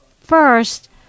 First